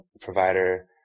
provider